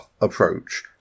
approach